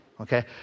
Okay